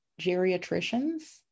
geriatricians